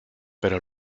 pero